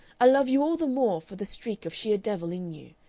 i love you all the more for the streak of sheer devil in you.